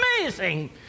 amazing